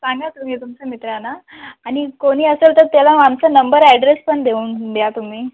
सांगा तुम्ही तुमच्या मित्रांना आणि कोणी असेल तर त्याला आमच्या नंबर अॅड्रेस पण देऊन द्या तुम्ही